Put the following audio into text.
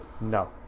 No